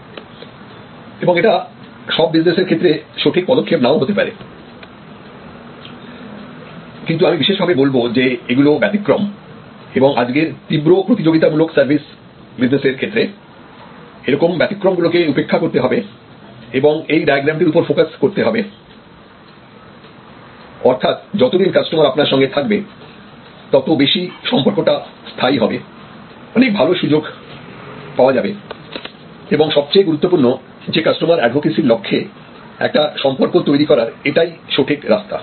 এবং এটা সব বিজনেস এর ক্ষেত্রে সঠিক পদক্ষেপ নাও হতে পারে কিন্তু আমি বিশেষভাবে বলব যে এগুলো ব্যতিক্রম এবং আজকের তীব্র প্রতিযোগিতামূলক সার্ভিস বিজনেসের ক্ষেত্রে এরকম ব্যতিক্রম গুলোকে উপেক্ষা করতে হবে এবং এই ডায়াগ্রামটির উপর ফোকাস করতে হবে অর্থাৎ যতদিন কাস্টমার আপনার সঙ্গে থাকবে ততো বেশি সম্পর্কটা স্থায়ী হবে অনেক ভালো সুযোগ পাওয়া যাবে এবং সবচেয়ে গুরুত্বপূর্ণ যে কাস্টমার এডভোকেসির লক্ষ্যে একটা সম্পর্ক তৈরি করার এটাই সঠিক রাস্তা